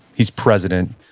he's president.